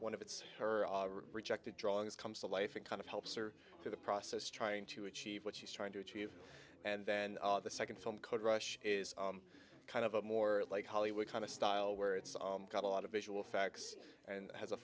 one of its rejected drawings comes to life and kind of helps or through the process trying to achieve what she's trying to achieve and then the second film could rush is kind of a more like hollywood kind of style where it's got a lot of visual facts and has a